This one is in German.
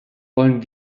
wollen